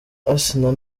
asinah